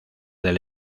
del